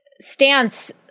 stance